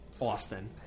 Austin